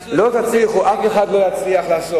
שתאמצו את, לא תצליחו, אף אחד לא יצליח לעשות.